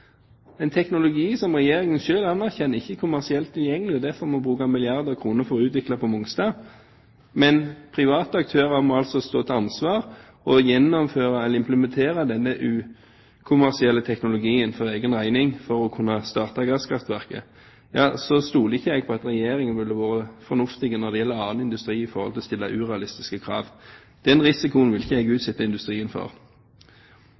en teknologi som Regjeringen selv anerkjenner ikke er kommersielt tilgjengelig, og derfor må bruke milliarder av kroner for å utvikle på Mongstad, men private aktører må altså stå til ansvar og gjennomføre, eller implementere, denne kommersielle teknologien for egen regning for å kunne starte gasskraftverket – ja så stoler ikke jeg på at Regjeringen vil være fornuftig når det gjelder annen industri i forhold til å stille urealistiske krav. Den risikoen vil ikke jeg utsette industrien for.